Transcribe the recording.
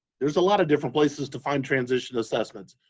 there's a lot of different places to find transition assessments.